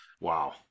Wow